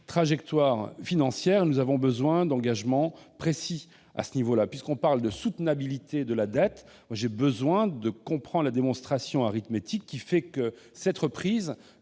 trajectoire financière ? Nous demandons des engagements précis à ce niveau. Puisqu'on parle de soutenabilité de la dette, j'ai besoin de comprendre la démonstration arithmétique au terme de laquelle cette reprise